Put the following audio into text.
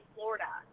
Florida